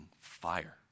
fire